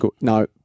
No